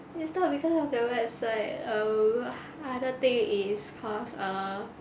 it's not because of their website um other thing is cause err